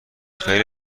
خیلی